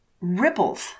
ripples